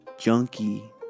Junkie